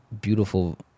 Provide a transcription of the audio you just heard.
beautiful